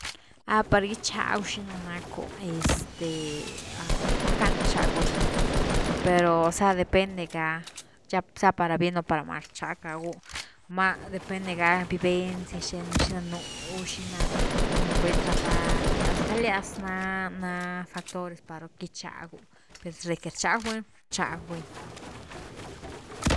Par gichagu xina nacku, este rackan gichag buny pero osea depende ga ya sea para bien o para mal rchag gagu, numa depende ga vivencia xtenu, xina nú xina run buny tratar liga, stalias na, na factores para gichagu, per de que rchag buny-rchag buny.